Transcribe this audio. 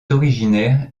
originaire